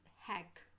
hack